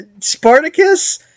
spartacus